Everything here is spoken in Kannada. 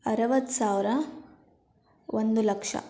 ಅರುವತ್ತು ಸಾವಿರ ಒಂದು ಲಕ್ಷ